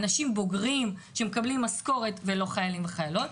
אנשים בוגרים שמקבלים משכורת ולא חיילים חיילות,